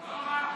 הוא לא רב.